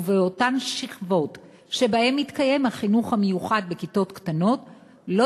ובאותן שכבות שבהן מתקיים החינוך המיוחד בכיתות קטנות לא